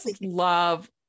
love